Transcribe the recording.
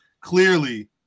clearly